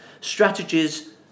Strategies